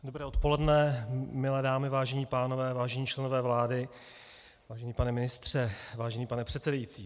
Dobré odpoledne, milé dámy, vážení pánové, vážení členové vlády, vážený pane ministře, vážený pane předsedající.